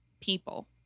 people